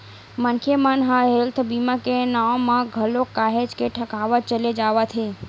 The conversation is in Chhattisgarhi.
मनखे मन ह हेल्थ बीमा के नांव म घलो काहेच के ठगावत चले जावत हे